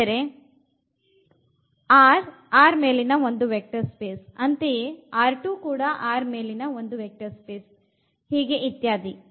ಅಂದರೆ R ಮೇಲಿನ ಒಂದು ವೆಕ್ಟರ್ ಸ್ಪೇಸ್ ಅಂತೆಯೇ R ಮೇಲಿನ ವೆಕ್ಟರ್ ಸ್ಪೇಸ್ ಇತ್ಯಾದಿ